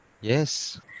Yes